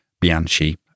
Bianchi